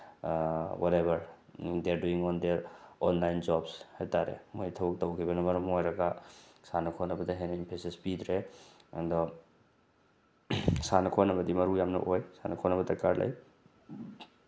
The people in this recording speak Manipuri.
what ever they are doing on their online jobs ꯍꯥꯏ ꯇꯥꯔꯦ ꯃꯣꯏ ꯊꯕꯛ ꯇꯧꯈꯤꯕꯅ ꯃꯔꯝ ꯑꯣꯏꯔꯒ ꯁꯥꯟꯅ ꯈꯣꯠꯅꯕꯗ ꯍꯦꯟꯅ ꯏꯝꯐꯦꯁꯤꯁ ꯄꯤꯗ꯭ꯔꯦ ꯑꯗꯣ ꯁꯥꯟꯅ ꯈꯣꯠꯅꯕꯗꯤ ꯃꯔꯨ ꯌꯥꯝꯅ ꯑꯣꯏ ꯁꯥꯟꯅ ꯈꯣꯠꯅꯕ ꯗꯔꯀꯥꯔ ꯂꯩ